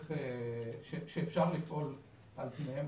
שאפשר לפעול על פיהם.